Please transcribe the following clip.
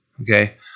okay